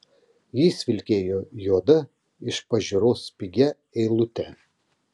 jis vilkėjo juoda iš pažiūros pigia eilute